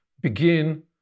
begin